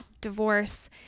divorce